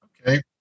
Okay